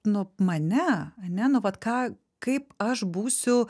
nu mane ane nu vat ką kaip aš būsiu